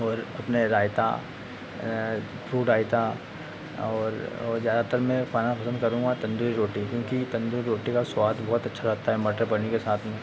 और अपने रायता फ्रुड रायता और ओ ज़्यादातर मैं पाना पसंद करूँगा तंदूरी रोटी क्योंकि तंदूरी रोटी का स्वाद बहुत अच्छा रहता है मटर पनीर के साथ में